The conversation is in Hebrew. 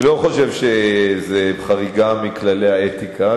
אני לא חושב שזאת חריגה מכללי האתיקה,